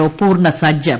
O പൂർണ്ണ സജ്ജം